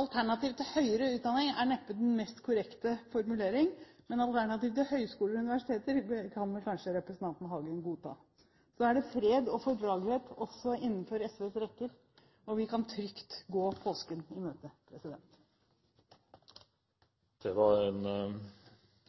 alternativ til høyskoler og universiteter kan vel kanskje representanten Hagen godta. Så er det fred og fordragelighet også innen SVs rekker, og vi kan trygt gå påsken i møte. Det var en